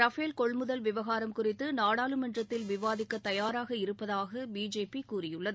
Rafale கொள்முதல் விவகாரம் குறித்து நாடாளுமன்றத்தில் விவாதிக்க தயாராக இருப்பதாக பிஜேபி கூறியுள்ளது